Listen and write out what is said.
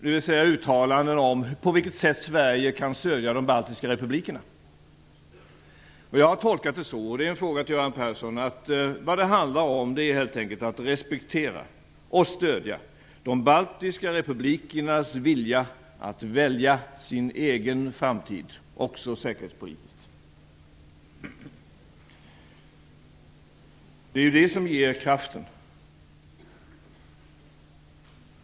Det görs uttalanden om på vilket sätt Sverige kan stödja de baltiska republikerna. Jag har tolkat det så - och detta är en fråga till Göran Persson - att det helt enkelt handlar om att respektera och stödja de baltiska republikernas vilja att kunna välja sin egen framtid, också säkerhetspolitiskt. Det är ju detta som ger kraften.